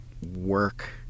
work